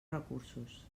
recursos